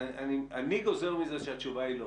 אני גוזר מזה שהתשובה היא לא.